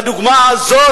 בדוגמה הזאת,